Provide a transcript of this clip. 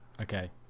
Okay